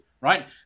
Right